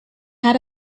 had